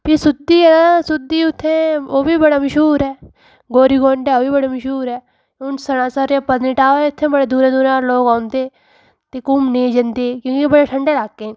भी सुद्धी ऐ सुद्धी उ'त्थें ओह् बी बड़ा मशहूर ऐ गौरी कुंड ऐ ओह् बी बड़ा मशहूर ऐ हून सनासर ऐ पत्नीटॉप ऐ इ'त्थें बड़े दूरा दूरा दा लोग औंदे ते घूमने जन्दे केईं ते बड़े ठंडे लाके न